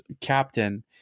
captain